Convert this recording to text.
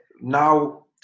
Now